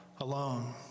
alone